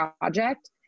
project